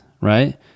right